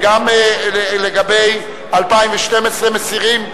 גם לגבי 2012 מסירים?